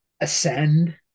ascend